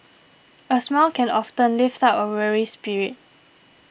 a smile can often lift up a weary spirit